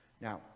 Now